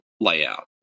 layout